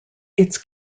its